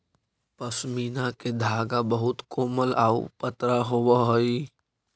पशमीना के धागा बहुत कोमल आउ पतरा होवऽ हइ